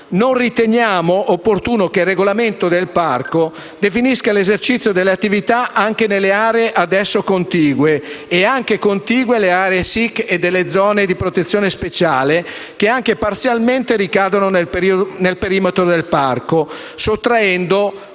Non riteniamo opportuno che il regolamento del parco definisca l’esercizio delle attività anche nelle aree ad esso contigue e nelle aree SIC e nelle zone di protezione speciale, che anche parzialmente ricadono nel perimetro del parco, sottraendo con ciò